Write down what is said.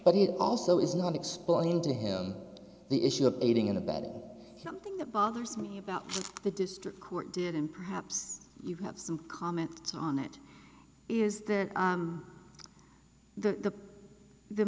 but it also is not explained to him the issue of aiding and abetting something that bothers me about the district court did and perhaps you have some comments on that is there the the